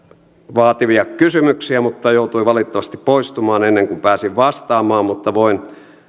vaativia kysymyksiä mutta joutui valitettavasti poistumaan ennen kuin pääsin vastaamaan mutta voin